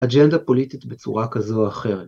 אג'נדה פוליטית בצורה כזו או אחרת.